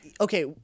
okay